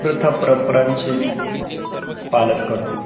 प्रथा परंपरांचे मी पालन करतो